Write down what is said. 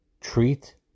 treat